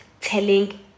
telling